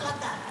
החלטה.